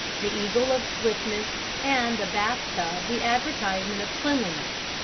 the eagle of swiftness, and the bath-tub the advertisement of cleanliness.